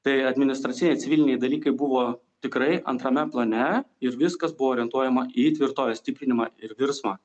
tai administraciniai civiliniai dalykai buvo tikrai antrame plane ir viskas buvo orientuojama į tvirtovės stiprinimą ir virsmą